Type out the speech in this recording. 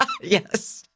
Yes